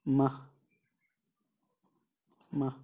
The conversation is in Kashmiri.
نہ